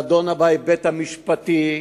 נדונה בהיבט המשפטי,